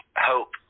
hope